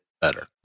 better